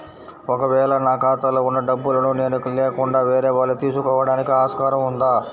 ఒక వేళ నా ఖాతాలో వున్న డబ్బులను నేను లేకుండా వేరే వాళ్ళు తీసుకోవడానికి ఆస్కారం ఉందా?